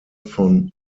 von